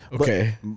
Okay